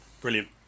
brilliant